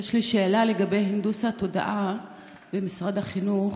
יש לי שאלה לגבי הנדוס התודעה במשרד החינוך,